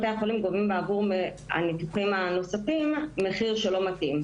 בתי החולים גובים עבור הניתוחים הנוספים מחיר שלא מתאים.